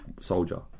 soldier